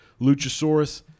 Luchasaurus